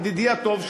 ידידי הטוב,